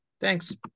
Thanks